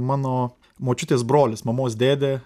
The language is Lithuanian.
mano močiutės brolis mamos dėdė